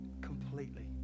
completely